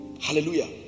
hallelujah